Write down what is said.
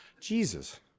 Jesus